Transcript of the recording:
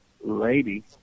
lady